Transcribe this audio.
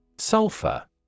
Sulfur